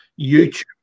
youtube